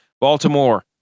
Baltimore